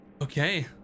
okay